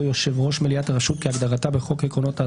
"יושב-ראש מליאת הרשות כהגדרתה בחוק עקרונות האסדרה,